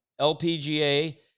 LPGA